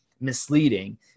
misleading